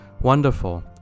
Wonderful